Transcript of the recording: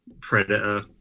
Predator